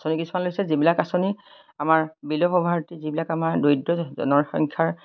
আঁচনি কিছুমান লৈছে যিবিলাক আঁচনি আমাৰ বিল' পভাৰ্টি যিবিলাক আমাৰ দৰিদ্ৰ জনাৰ